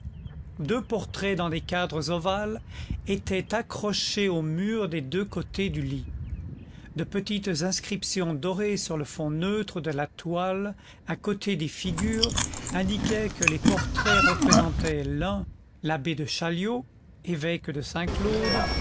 deux portraits dans des cadres ovales étaient accrochés au mur des deux côtés du lit de petites inscriptions dorées sur le fond neutre de la toile à côté des figures indiquaient que les portraits représentaient l'un l'abbé de chaliot évêque de saint claude